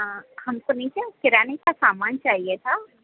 हा हम को न किराने का सामान चाहिए था